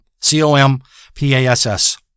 C-O-M-P-A-S-S